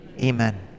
Amen